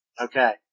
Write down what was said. Okay